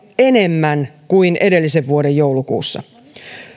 enemmän kuin edellisen vuoden joulukuussa